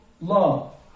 love